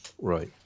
Right